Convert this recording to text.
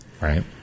Right